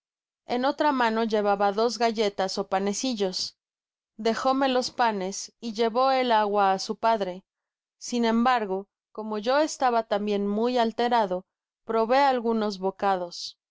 en otra mano llevaba dos galletas ó panecillos dejóme los panes y llevó el agua a su padre sin embargo como yo estaba tambien muy alterado probé algunos bocados